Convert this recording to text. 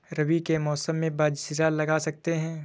रवि के मौसम में बाजरा लगा सकते हैं?